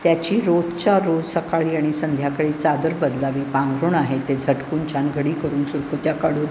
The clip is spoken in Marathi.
त्याची रोजच्या रोज सकाळी आणि संध्याकाळी चादर बदलावी पांघरूण आहे ते झटकून छान घडी करून सुरकुत्या काढून